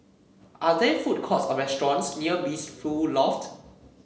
are there food courts or restaurants near Blissful Loft